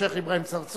שיח' אברהים צרצור,